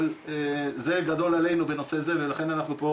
אבל זה גדול עלינו בנושא זה ולכן אנחנו פה